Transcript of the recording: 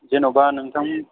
जेनेबा नोंथां